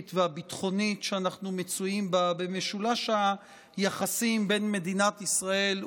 והביטחונית שאנחנו מצויים בה במשולש היחסים בין מדינת ישראל,